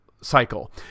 cycle